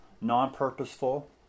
non-purposeful